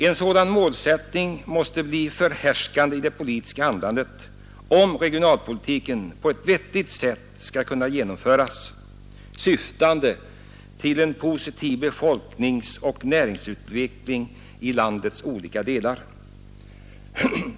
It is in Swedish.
En sådan målsättning måste bli förhärskande i det politiska handlandet om regionalpolitiken på ett vettigt sätt skall kunna genomföras, syftande till en positiv befolkningsoch näringsutveckling i landets olika delar.